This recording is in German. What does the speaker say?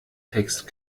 text